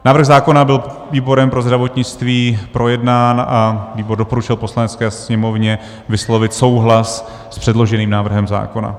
Návrh zákona byl výborem pro zdravotnictví projednán a výbor doporučil Poslanecké sněmovně vyslovit souhlas s předloženým návrhem zákona.